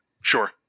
Sure